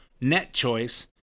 NetChoice